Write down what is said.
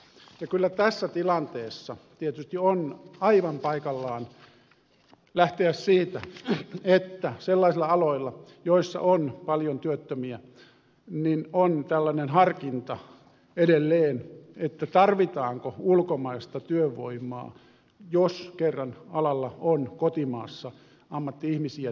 kyllä tässä tilanteessa tietysti on aivan paikallaan lähteä siitä että sellaisilla aloilla joilla on paljon työttömiä on edelleen tällainen harkinta että tarvitaanko ulkomaista työvoimaa jos kerran alalla on kotimaassa ammatti ihmisiä työttöminä